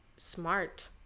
Smart